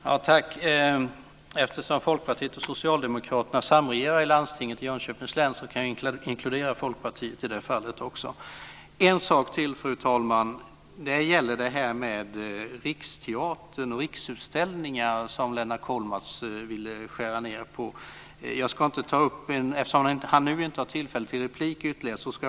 Fru talman! Eftersom Folkpartiet och Socialdemokraterna samregerar i landstinget i Jönköpings län kan jag inkludera Folkpartiet. Fru talman! En sak till. Det gäller Riksteatern och Riksutställningar, som Lennart Kollmats ville skära ned på. Lennart Kollmats har nu inte tillfälle till ytterligare repliker.